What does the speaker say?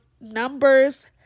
Numbers